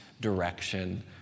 direction